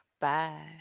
Bye